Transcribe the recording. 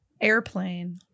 Airplane